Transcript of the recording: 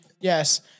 yes